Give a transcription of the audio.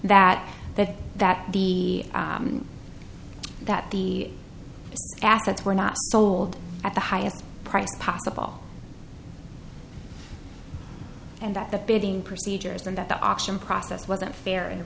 that that that the that the assets were not sold at the highest price possible and that the bidding procedures and that the auction process wasn't fair and